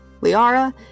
Liara